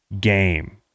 game